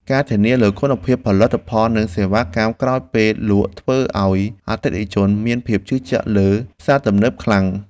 ការធានាលើគុណភាពផលិតផលនិងសេវាកម្មក្រោយពេលលក់ធ្វើឱ្យអតិថិជនមានភាពជឿជាក់លើផ្សារទំនើបខ្លាំង។